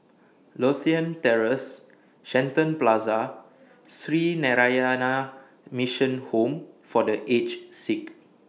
Lothian Terrace Shenton Plaza and Sree Narayana Mission Home For The Aged Sick